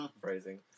Phrasing